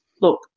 look